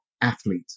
athlete